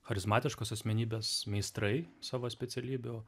charizmatiškos asmenybės meistrai savo specialybių